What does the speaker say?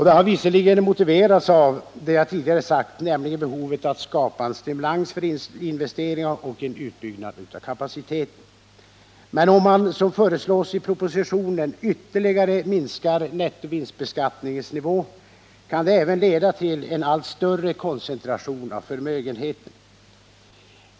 Det har visserligen, som jag tidigare sagt, motiverats av behovet av att skapa en stimulans för investeringar och en utbyggnad av kapaciteten, men om man — som det föreslås i propositionen — ytterligare minskar nettovinstbeskattningens nivå kan det leda till en allt större koncentration av förmögenheterna.